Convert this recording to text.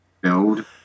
build